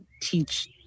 teach